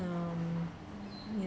um